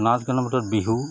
নাচ গানৰ ভিতৰত বিহু